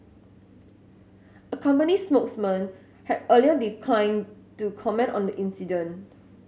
a company spokesman had earlier declined to comment on the incident